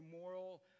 moral